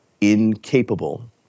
incapable